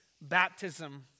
baptism